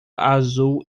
azul